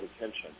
attention